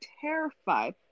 terrified